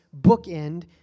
bookend